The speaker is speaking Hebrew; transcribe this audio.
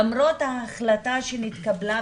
למרות ההחלטה שנתקבלה,